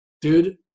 dude